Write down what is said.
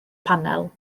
panel